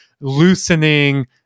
loosening